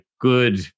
good